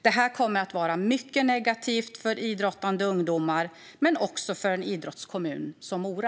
Detta kommer att vara mycket negativt för idrottande ungdomar, men också för en idrottskommun som Mora.